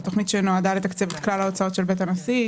זו תכנית שנועדה לתקצב את כלל ההוצאות של בית הנשיא,